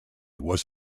was